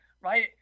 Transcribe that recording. Right